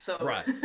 right